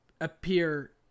appear